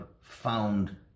found